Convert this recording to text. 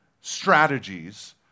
strategies